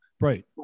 Right